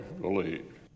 believe